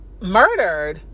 murdered